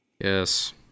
Yes